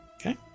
okay